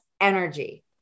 energy